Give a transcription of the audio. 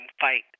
fight